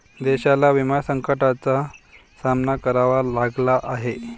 देशाला विमा संकटाचा सामना करावा लागला आहे